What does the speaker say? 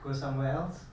go somewhere else